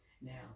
Now